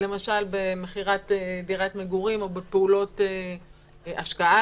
למשל במכירת דירת מגורים או בפעולות השקעה